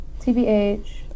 TBH